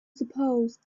suppose